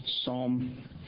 Psalm